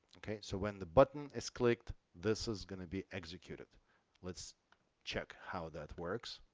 okay so when the button is clicked this is going to be executed let's check how that works